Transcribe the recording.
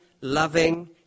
loving